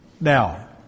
Now